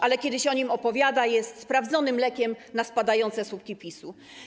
Ale kiedy się o nim opowiada, jest sprawdzonym lekiem na spadające słupki PiS-u.